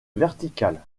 verticale